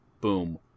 boom